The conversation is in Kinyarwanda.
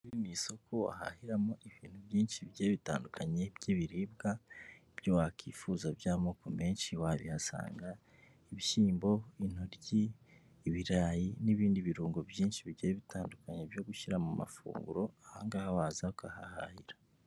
Mu isoko wahahiramo ibintu byinshi bigiye bitandukanye by'ibiribwa ibyo wakwifuza by'amoko menshi wabihasanga, ibishyimbo intoryi ibirayi n'ibindi birungo byinshi bigiye bitandukanye, byo gushyira mu mafunguro aha ngaha waza ukahahahira.